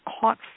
caught